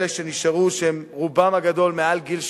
אלה שנשארו, שרובם הגדול מעל גיל 80,